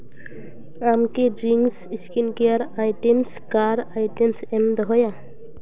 ᱟᱢ ᱠᱤ ᱰᱤᱢᱥ skin care items car items ᱮᱢ ᱫᱚᱦᱚᱭᱟ